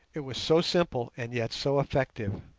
it was so simple and yet so effective.